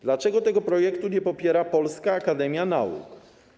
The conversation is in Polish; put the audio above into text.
Dlaczego tego projektu nie popiera Polska Akademia Nauk?